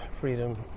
freedom